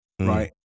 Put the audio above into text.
right